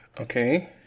Okay